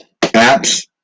apps